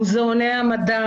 מוזיאוני המדע